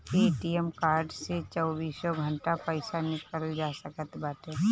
ATM card से चौबीसों घंटा पईसा निकालल जा सकत बाटे